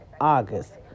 August